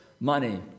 money